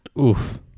Oof